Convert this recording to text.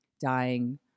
dying